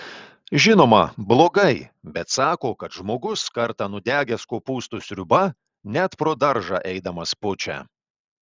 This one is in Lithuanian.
žinoma blogai bet sako kad žmogus kartą nudegęs kopūstų sriuba net pro daržą eidamas pučia